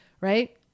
right